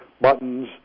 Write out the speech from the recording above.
buttons